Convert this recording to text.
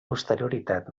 posterioritat